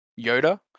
Yoda